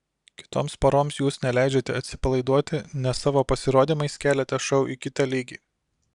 kitoms poroms jūs neleidžiate atsipalaiduoti nes savo pasirodymais keliate šou į kitą lygį